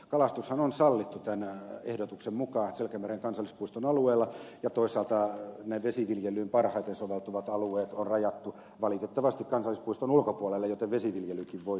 kalastushan on sallittu tämän ehdotuksen mukaan selkämeren kansallispuiston alueella ja toisaalta ne vesiviljelyyn parhaiten soveltuvat alueet on rajattu valitettavasti kansallispuiston ulkopuolelle joten vesiviljelykin voi siellä jatkua